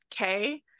okay